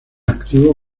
activo